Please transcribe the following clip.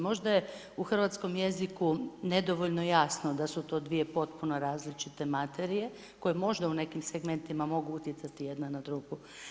Možda je u hrvatskom jeziku nedovoljno jasno da su to dvije potpuno različite materije, koje možda u nekim segmentima mogu utjecati jedna na drugu.